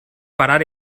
parar